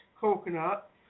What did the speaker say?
coconut